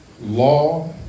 law